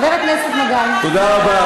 תודה רבה.